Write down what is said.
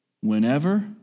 whenever